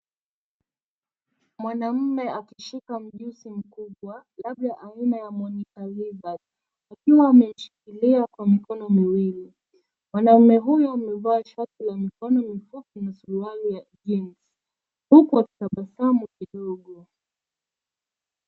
Mwanaume akishika mjusi mkubwa, labda aina ya monitor lizard akiwa amemshikilia Kwa mikono miwili. Mwanaume huyu amevaa shati ya mikono mifupi na suruali ya jeans huku akitabasamu kidogo.